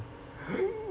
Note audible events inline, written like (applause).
(noise)